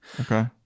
Okay